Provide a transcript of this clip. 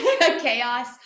Chaos